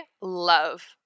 love